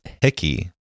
Hickey